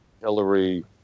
Hillary